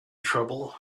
trouble